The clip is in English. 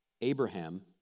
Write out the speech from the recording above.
Abraham